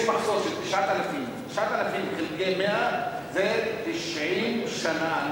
יש מחסור של 9,000. 9,000 חלקי 100 זה 90 שנה.